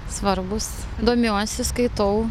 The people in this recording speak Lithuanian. svarbus domiuosi skaitau